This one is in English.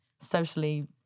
socially